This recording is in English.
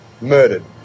murdered